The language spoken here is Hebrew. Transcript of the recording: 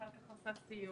פארק אקסקלוסיבי